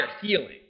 healing